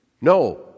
No